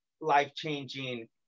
life-changing